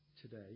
today